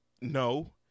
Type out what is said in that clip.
No